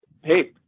hey